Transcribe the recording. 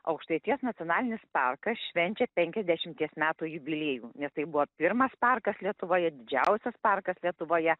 aukštaitijos nacionalinis parkas švenčia penkiasdešimties metų jubiliejų nes tai buvo pirmas parkas lietuvoje didžiausias parkas lietuvoje